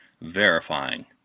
verifying